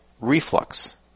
reflux